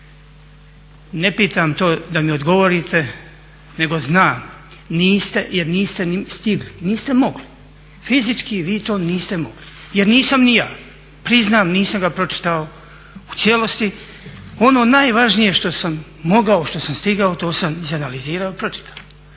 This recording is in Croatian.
Ne pitam to da mi odgovorite, nego znam niste jer niste ni stigli, niste mogli, fizički vi to niste mogli, jer nisam ni ja. Priznam nisam ga pročitao u cijelosti. Ono najvažnije što sam mogao, što sam stigao to sam izanalizirao, pročitao.